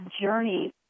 journey